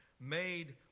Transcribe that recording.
made